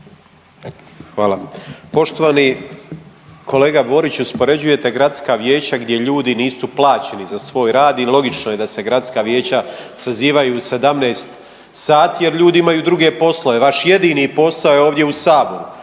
Hvala. Poštovani kolega Boriću, uspoređujete gradska vijeća gdje ljudi nisu plaćeni za svoj rad i logično je da se gradska vijeća sazivaju 17 sati jer ljudi imaju druge poslove, vaš jedini posao je ovdje u Saboru